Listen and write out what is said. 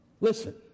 Listen